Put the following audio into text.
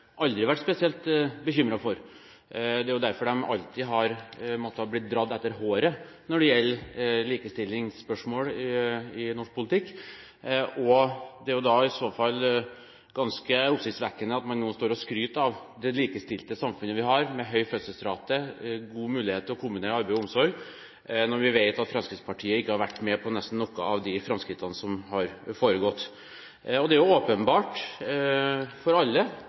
aldri vært spesielt bekymret for, det er derfor de alltid har måttet blitt dratt etter håret når det gjelder likestillingsspørsmål i norsk politikk. Da er det i så fall ganske oppsiktsvekkende at man nå står og skryter av det likestilte samfunnet vi har, med høy fødselsrate og god mulighet til å kombinere arbeid og omsorg, når vi vet at Fremskrittspartiet nesten ikke har vært med på noen av de framskrittene som har foregått. Det er åpenbart for alle